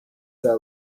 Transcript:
sir